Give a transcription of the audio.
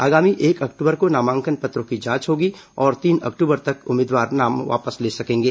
आगामी एक अक्टूबर को नामांकन पत्रों की जांच होगी और तीन अक्टूबर तक उम्मीदवार नाम वापस ले सकेंगे